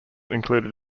included